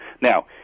Now